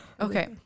Okay